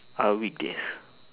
are weekdays